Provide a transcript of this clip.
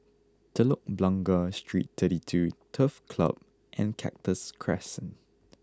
Telok Blangah Street twenty two Turf Club and Cactus Crescent